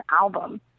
album